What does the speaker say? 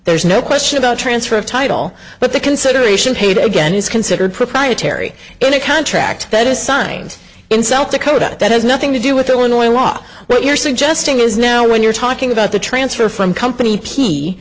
there's no question about transfer of title but the consideration paid again is considered proprietary in a contract that is signed in south dakota that has nothing to do with illinois law what you're suggesting is now when you're talking about the transfer from company